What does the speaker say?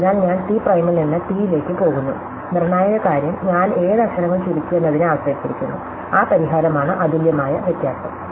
അതിനാൽ ഞാൻ ടി പ്രൈമിൽ നിന്ന് ടിയിലേക്ക് പോകുന്നു നിർണായക കാര്യം ഞാൻ ഏത് അക്ഷരങ്ങൾ ചുരുക്കി എന്നതിനെ ആശ്രയിച്ചിരിക്കുന്നു ആ പരിഹാരമാണ് അതുല്യമായ വ്യത്യാസം